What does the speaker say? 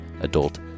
Adult